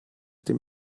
dem